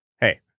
Hey